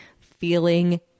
feeling